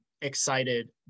excited